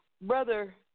brother